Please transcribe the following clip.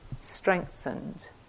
strengthened